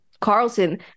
Carlson